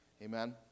Amen